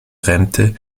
rente